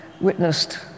witnessed